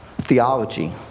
theology